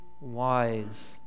wise